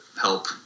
help